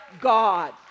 God